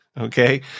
Okay